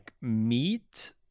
meat